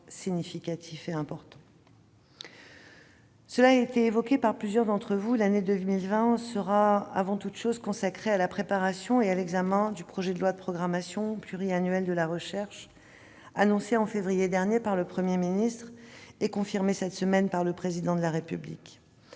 cet effort significatif et important. Comme cela a été évoqué par plusieurs intervenants, l'année 2020 sera avant tout consacrée à la préparation et à l'examen du projet de loi de programmation pluriannuelle de la recherche, annoncé en février dernier par le Premier ministre et confirmé cette semaine par le Président de la République.